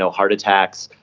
so heart attacks,